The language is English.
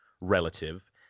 relative